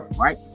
Right